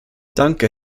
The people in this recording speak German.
danke